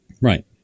Right